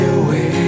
away